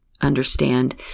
understand